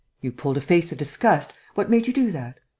you pulled a face of disgust. what made you do that?